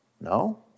No